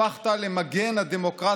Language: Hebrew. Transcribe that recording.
הפכת למגן הדמוקרטיה.